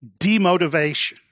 demotivation